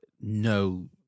no